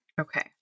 Okay